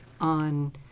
on